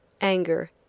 anger